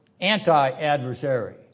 anti-adversary